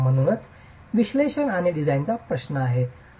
म्हणूनच विश्लेषण आणि डिझाइनचा प्रश्न आहे